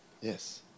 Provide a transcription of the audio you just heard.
Yes